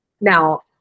Now